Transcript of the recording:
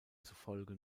zufolge